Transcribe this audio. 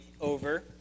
over